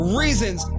reasons